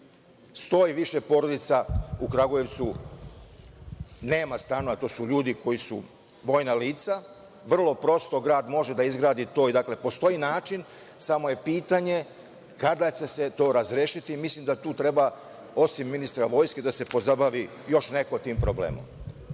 Više porodica u Kragujevcu nema stanove, to su vojna lica. Vrlo prosto, grad može da izgradi to, postoji način, ali je pitanje kada će se to razrešiti. Mislim da tu treba, osim ministra vojske, da se pozabavi još neko tim problemom. Treći